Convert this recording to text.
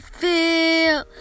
feel